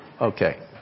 Okay